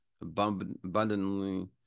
abundantly